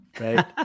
right